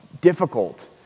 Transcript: difficult